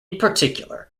particular